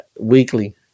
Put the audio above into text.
weekly